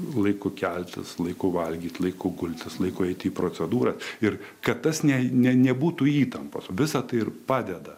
laiku keltis laiku valgyti laiku gultis laiku eiti į procedūrą ir kad tas ne ne nebūtų įtampos visa tai ir padeda